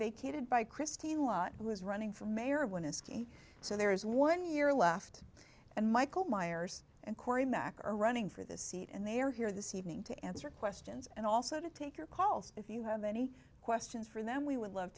vacated by christine lahti who is running for mayor when askey so there is one year left and michael meyers and cory mack are running for this seat and they are here this evening to answer questions and also to take your calls if you have any questions for them we would love